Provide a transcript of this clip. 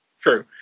true